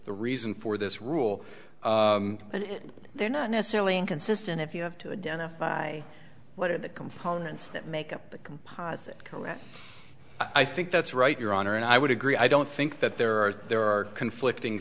the reason for this rule and they're not necessarily inconsistent if you have to identify what are the components that make up the composite correct i think that's right your honor and i would agree i don't think that there are there are conflicting